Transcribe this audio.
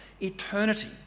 eternity